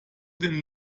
den